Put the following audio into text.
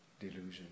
delusion